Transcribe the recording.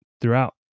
throughout